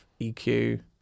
eq